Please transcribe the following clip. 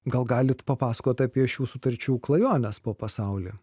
gal galit papasakot apie šių sutarčių klajones po pasaulį